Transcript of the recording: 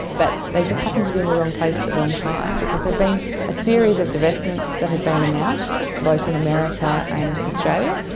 but they just happened to be in the wrong place at the wrong time because there had been a series of divestments that had been announced, both in america and australia,